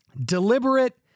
deliberate